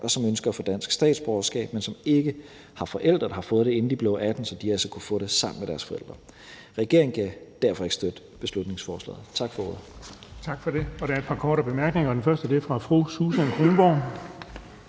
og som ønsker at få dansk statsborgerskab, men som ikke har forældre, der har fået det, inden de blev 18 år, så de altså kunne få det sammen med deres forældre. Regeringen kan derfor ikke støtte beslutningsforslaget. Tak for ordet. Kl. 15:52 Den fg. formand (Erling Bonnesen): Tak for det. Der er et par korte bemærkninger, og den første er fra fru Susan Kronborg.